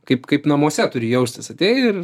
kaip kaip namuose turi jaustis atėjai ir